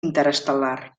interestel·lar